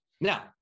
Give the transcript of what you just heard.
Now